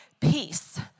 peace